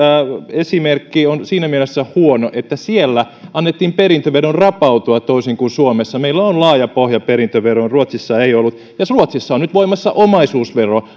esimerkki on siinä mielessä huono että siellä annettiin perintöveron rapautua toisin kuin suomessa meillä on laaja pohja perintöveroon ruotsissa ei ollut ja ruotsissa on nyt voimassa omaisuusvero